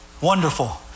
Wonderful